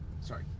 sorry